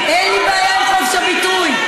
תשכחו, אין לי בעיה עם חופש הביטוי.